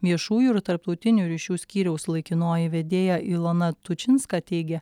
viešųjų ir tarptautinių ryšių skyriaus laikinoji vedėja ilona tučinska teigė